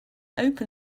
open